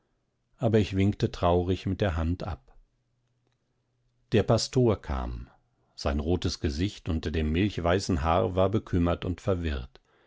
aber ich winkte traurig mit der hand ab der pastor kam sein rotes gesicht unter dem milchweißen haar war bekümmert und verwirrt